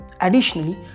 Additionally